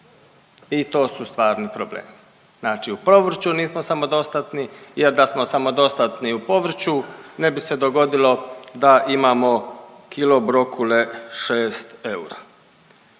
i to su stvarni problemi. Znači u povrću nismo samodostatni jer da smo samodostatni u povrću ne bi se dogodilo da imamo kilo brokule 6 eura.